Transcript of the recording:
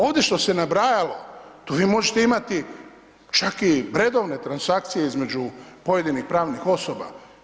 Ovdje što se nabrajalo, tu vi možete imati čak i vredovne transakcije između pojedinih pravnih osoba.